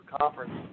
conference